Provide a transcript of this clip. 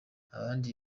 abandi